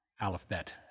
alphabet